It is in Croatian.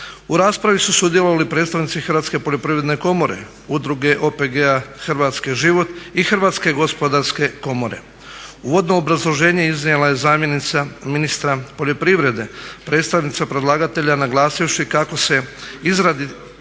U raspravi su sudjelovali predstavnici Hrvatske poljoprivredne komore, Udruge OPG-a Hrvatske Život i Hrvatske gospodarske komore. Uvodno obrazloženje iznijela je zamjenica ministra poljoprivrede, predstavnica predlagatelja naglašivši kako se izradi